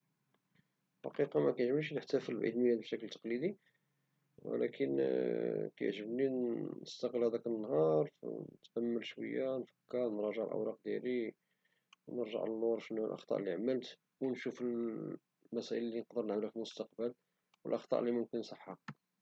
في الحقيقة مكيعجبنيش نحتفل بعيد ميلادي بشكل تقليدي ولكن كيعجبني نستغل هداك النهار نتأمل شوية نفكر ونراجع الأوراق ديالي نرجع اللور نشوف شنو هي الأخطاء لي عملت ونشوف المسائل لي نقدر نعملها في المستقبل والأخطاء لي ممكن نصححها.